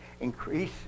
increase